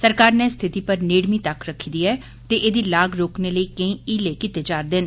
सरकार नै स्थिति पर नेड़मी तक्क रक्खी दी ऐ ते एहदी लाग रोकने लेई केंई हीले कीते जा रदे न